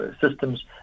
systems